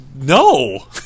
No